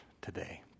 today